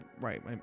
right